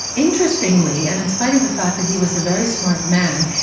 interestingly, and in spite of the fact that he was a very smart man,